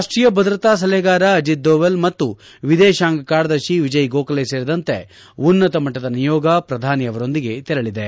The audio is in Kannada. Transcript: ರಾಷ್ಟೀಯ ಭದ್ರತಾ ಸಲಹೆಗಾರ ಅಜಿತ್ ದೋವಲ್ ಮತ್ತು ವಿದೇತಾಂಗ ಕಾರ್ಯದರ್ಶಿ ವಿಜಯ್ ಗೋಖಲೆ ಸೇರಿದಂತೆ ಉನ್ನತಮಟ್ಟದ ನಿಯೋಗ ಪ್ರಧಾನಿ ಅವರೊಂದಿಗೆ ತೆರಳಿದೆ